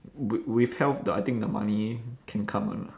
with with health the I think the money can come [one] lah